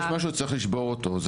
יש משהו שצריך לשבור אותו,